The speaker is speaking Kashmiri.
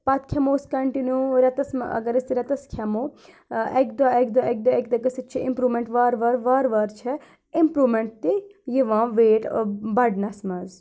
پتہٕ کھیٚمو أسۍ کَنٹِنیو ریٚتَس اگر أسۍ ریٚتَس کھیٚمو اَکہِ دۄہ اَکہِ دۄہ اَکہِ دۄہ اَکہِ دۄہ گٔژھتھ چھِ اِمپروٗمیٚنٛٹ وارٕ وارٕ وارٕ وارٕ چھےٚ اِمپروٗمیٚنٛٹ تہِ یِوان ویٹ بَڑنَس منٛز